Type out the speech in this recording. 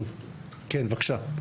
כן, בבקשה.